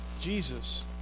Jesus